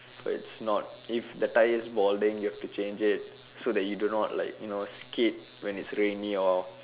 it's not if the tyre's balding you have to change it so that you do not like you know skid when it's rainy or